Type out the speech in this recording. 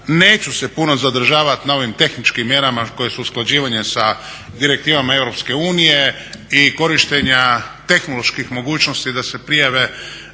neću se puno zadržavati na ovim tehničkim mjerama koje su usklađivanje sa direktivama EU i korištenja tehnološki mogućnosti da se prijave